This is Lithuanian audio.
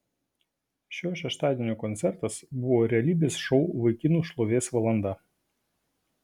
šio šeštadienio koncertas buvo realybės šou vaikinų šlovės valanda